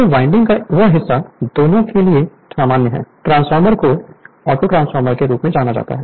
तो वाइंडिंग का वह हिस्सा दोनों के लिए सामान्य है ट्रांसफार्मर को ऑटोट्रांसफॉर्मर के रूप में जाना जाता है